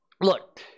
look